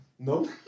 No